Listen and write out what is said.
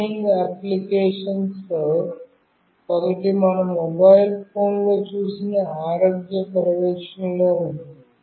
burning అప్లికేషన్ల లో ఒకటి మన మొబైల్ ఫోన్లలో చూసిన ఆరోగ్య పర్యవేక్షణలో ఉంది